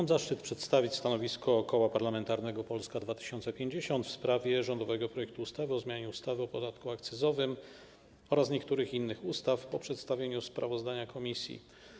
Mam zaszczyt przedstawić stanowisko Koła Parlamentarnego Polska 2050 w sprawie rządowego projektu ustawy o zmianie ustawy o podatku akcyzowym oraz niektórych innych ustaw po przedstawieniu sprawozdania komisji.